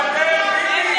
ביבי, תתפטר, ביבי.